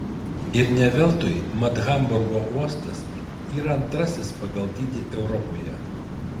ir ne veltui mat hamburgo uostas yra antrasis pagal dydį europoje